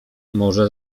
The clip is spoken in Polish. może